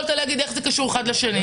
יכולת להגיד: איך זה קשור אחד לשני?